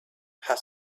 had